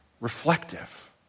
reflective